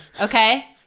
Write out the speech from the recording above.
okay